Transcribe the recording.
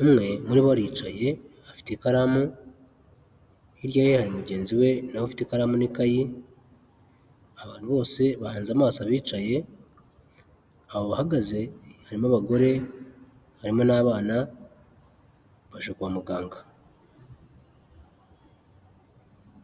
umwe wari muri bo aricaye, afite ikaramu hirya ye hari mugenzi we nawe afite ikaramu n'ikayi abantu bose bahanze amaso bicaye, abo bahagaze harimo abagore harimo n'abana baje kwa muganga.